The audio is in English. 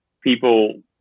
people